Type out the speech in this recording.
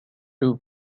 two